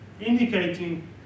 indicating